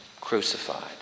crucified